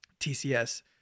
TCS